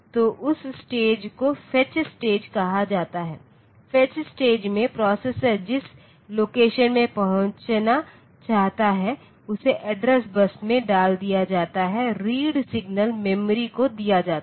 तो उस स्टेज को फेच स्टेज कहा जाता है फेच स्टेज में प्रोसेसर जिस लोकेशन में पहुँचना चाहता है उसे एड्रेस बस में डाल दिया जाता है रीड सिग्नल मेमोरी को दिया जाता है